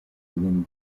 within